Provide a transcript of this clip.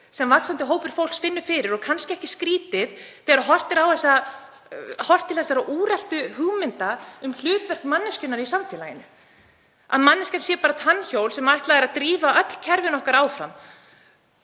sem vaxandi hópur fólks finnur fyrir og kannski ekki skrýtið þegar horft er til þeirra úreltu hugmynda um hlutverk manneskjunnar í samfélaginu, að manneskjan sé bara tannhjól sem ætlað er að drífa öll kerfin okkar áfram,